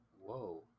Whoa